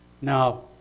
Now